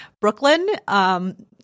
Brooklyn